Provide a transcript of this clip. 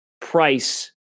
price